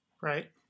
Right